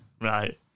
Right